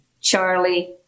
charlie